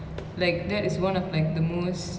like that is one of like the most